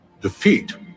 Defeat